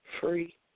free